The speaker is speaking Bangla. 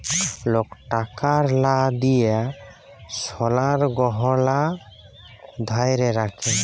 লক টাকার লা দিঁয়ে সলার গহলা ধ্যইরে রাখে